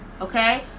okay